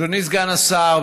אדוני סגן השר,